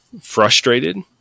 frustrated